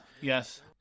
yes